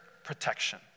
Protection